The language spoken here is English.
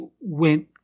went